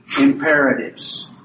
imperatives